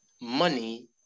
money